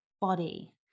body